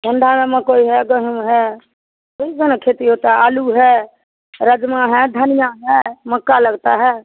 ठंड में मकई है गेहूँ है खेती होती है आलू है राजमा है धनिया है मक्का लगता है